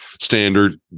standard